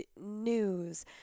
news